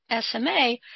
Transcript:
SMA